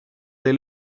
dei